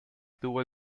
tuvo